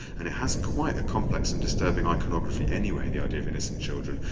and it has quite a complex and disturbing iconography anyway, the idea of innocent children,